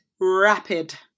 rapid